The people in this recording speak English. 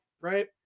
right